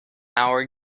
hour